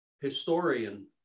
historian